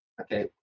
Okay